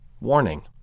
warning